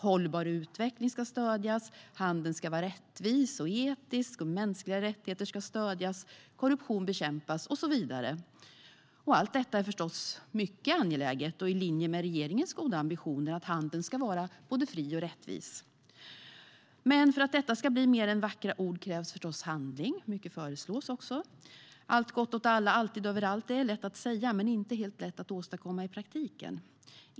Hållbar utveckling ska stödjas, och handeln ska vara rättvis och etisk. Mänskliga rättigheter ska stödjas, korruption bekämpas och så vidare. Allt detta är förstås mycket angeläget och i linje med regeringens goda ambitioner att handeln ska vara både fri och rättvis. Men för att detta ska bli mer än vackra ord krävs naturligtvis handling. Mycket föreslås också. "Allt gott åt alla, alltid och överallt" är lätt att säga men inte helt lätt att åstadkomma i praktiken.